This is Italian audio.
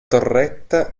torretta